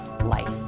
life